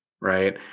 right